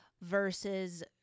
versus